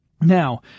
Now